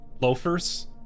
loafers